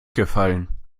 gefallen